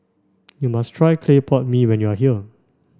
you must try Clay Pot Mee when you are here